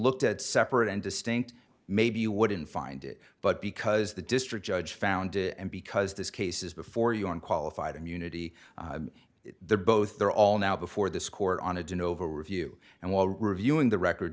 looked at separate and distinct maybe you wouldn't find it but because the district judge found it and because this case is before you on qualified immunity they're both they're all now before this court on a do over review and while reviewing the record